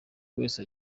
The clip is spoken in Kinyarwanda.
wese